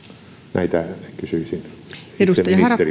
näitä kysyisin ministeriltä arvoisa